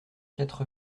quatre